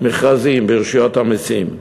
מאות מכרזים ברשויות המסים,